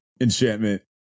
Enchantment